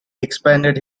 expanded